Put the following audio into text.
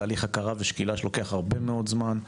תהליך ההכרה ושקילה לוקח הרבה זמן,